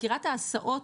חקירת ההסעות,